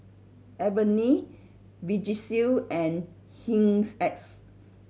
Avene Vagisil and X